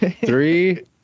Three